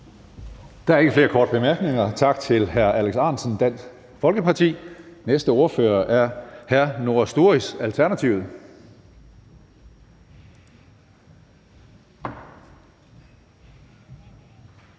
Der er ikke flere korte bemærkninger. Tak til hr. Alex Ahrendtsen, Dansk Folkeparti. Næste ordfører er hr. Noah Sturis, Alternativet.